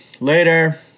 Later